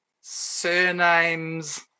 surnames